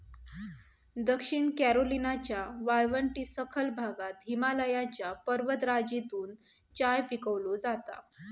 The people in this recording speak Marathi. दक्षिण कॅरोलिनाच्या वाळवंटी सखल भागात हिमालयाच्या पर्वतराजीतून चाय पिकवलो जाता